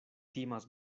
timas